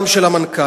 גם של המנכ"ל.